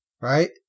Right